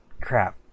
Crap